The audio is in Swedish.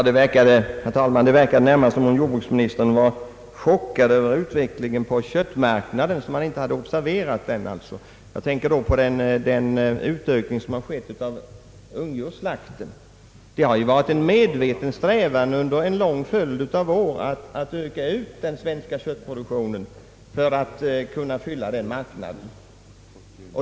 Herr talman! Det verkade närmast som om jordbruksministern var chockad över utvecklingen på köttmarknaden och inte hade observerat den. Jag tänker på den ökning som skett av ungdjurssiakten. Det har ju varit en medveten strävan under en lång följd av år att öka den svenska köttproduktionen för att kunna fylla köttmarknaden.